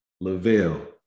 lavelle